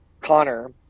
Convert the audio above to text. Connor